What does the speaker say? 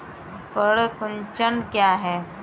पर्ण कुंचन क्या है?